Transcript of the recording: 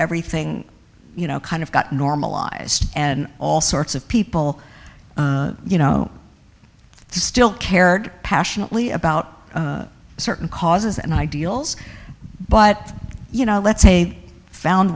everything you know kind of got normalized and all sorts of people you know still cared passionately about certain causes and ideals but you know let's say